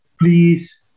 please